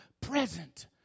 present